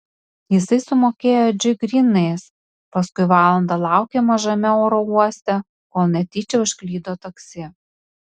jisai sumokėjo edžiui grynais paskui valandą laukė mažame oro uoste kol netyčia užklydo taksi